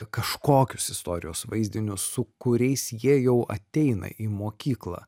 kažkokius istorijos vaizdinius su kuriais jie jau ateina į mokyklą